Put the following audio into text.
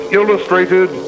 illustrated